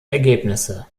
ergebnisse